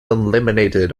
eliminated